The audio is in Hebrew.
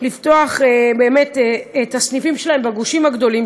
לפתוח באמת את הסניפים שלהם בגושים הגדולים,